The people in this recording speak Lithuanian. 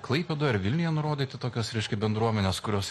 klaipėdoj ar vilniuje nurodyti tokias reiškia bendruomenes kurios